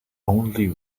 only